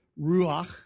ruach